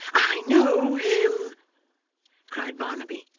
i know him cried barnaby,